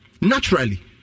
naturally